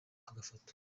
agafoto